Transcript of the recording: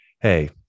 hey